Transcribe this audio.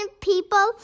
people